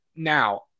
Now